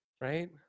Right